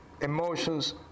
emotions